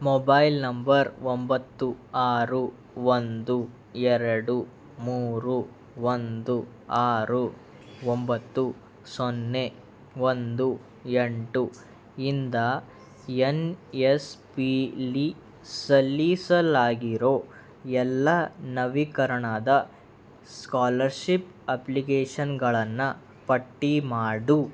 mobile number ಒಂಬತ್ತು ಆರು ಒಂದು ಎರಡು ಮೂರು ಒಂದು ಆರು ಒಂಬತ್ತು ಸೊನ್ನೆ ಒಂದು ಎಂಟು ಇಂದ ಎನ್ ಎಸ್ ಪಿಲಿ ಸಲ್ಲಿಸಲಾಗಿರೋ ಎಲ್ಲ ನವೀಕರಣದ ಸ್ಕಾಲರ್ಶಿಪ್ ಅಪ್ಲಿಕೇಶನ್ಗಳನ್ನ ಪಟ್ಟಿ ಮಾಡು